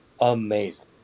amazing